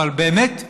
אבל באמת שערורייתי,